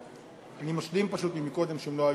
אני משלים פשוט מקודם, כשהם לא היו.